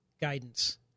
guidance